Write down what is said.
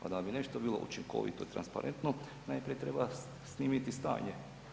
A da bi nešto bilo učinkovito i transparentno najprije treba snimiti stanje.